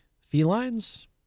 Felines